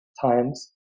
times